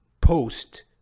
post-